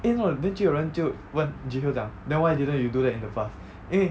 eh no then 就有人就问 ji hyo 讲 then why didn't you do that in the past 因为